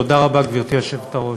תודה רבה, גברתי היושבת-ראש.